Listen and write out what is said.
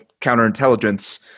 counterintelligence